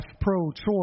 pro-choice